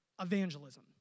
evangelism